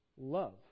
love